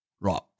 Right